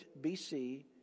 BC